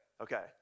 Okay